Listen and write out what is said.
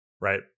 right